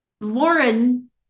lauren